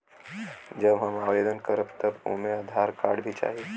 जब हम आवेदन करब त ओमे आधार कार्ड भी चाही?